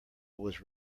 was